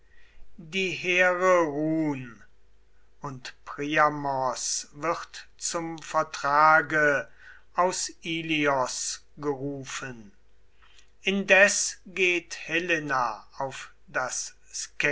die heere ruhn und priamos wird zum vertrage aus ilios gerufen indes geht helena auf das